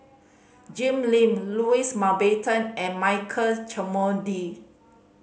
Jim Lim Louis Mountbatten and Michael Olcomendy